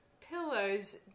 pillows